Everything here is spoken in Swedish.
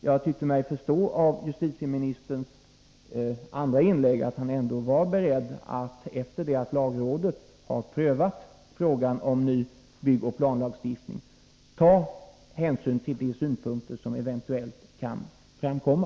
Jag tyckte mig av justitieministerns andra inlägg förstå att han ändå var beredd att, efter det att lagrådet prövat frågan om ny byggoch planlagstiftning, ta hänsyn till de synpunkter som eventuellt kan framkomma.